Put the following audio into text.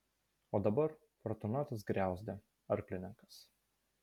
o dabar fortunatas griauzdė arklininkas